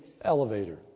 elevator